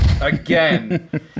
Again